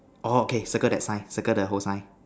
orh okay circle that sign circle the whole sign